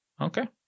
Okay